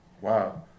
Wow